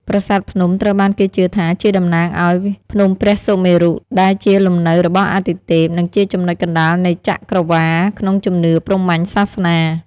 ប្រាសាទភ្នំត្រូវបានគេជឿថាជាតំណាងឱ្យ ភ្នំព្រះសុមេរុ ដែលជាលំនៅរបស់អាទិទេព និងជាចំណុចកណ្តាលនៃចក្រវាឡក្នុងជំនឿព្រហ្មញ្ញសាសនា។